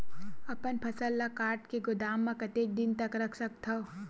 अपन फसल ल काट के गोदाम म कतेक दिन तक रख सकथव?